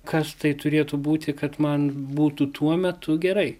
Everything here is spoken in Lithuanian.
kas tai turėtų būti kad man būtų tuo metu gerai